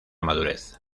madurez